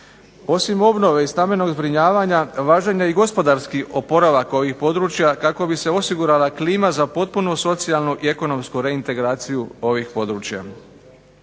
Osim obnove i stambenog zbrinjavanja važan je i gospodarski oporavak ovih područja, kako bi se osigurala klima za potpunu socijalnu i ekonomsku reintegraciju ovih područja.